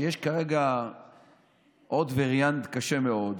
שיש כרגע עוד וריאנט קשה מאוד,